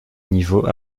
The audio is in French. niveau